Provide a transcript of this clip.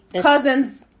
cousin's